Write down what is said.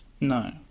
No